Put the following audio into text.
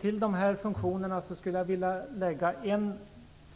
Till de här funktionerna skulle jag vilja lägga en